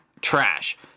trash